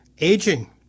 aging